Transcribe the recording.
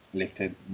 lifted